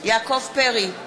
יעקב פרי,